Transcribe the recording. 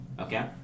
okay